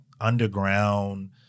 underground